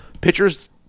pitchers